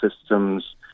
systems